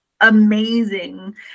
amazing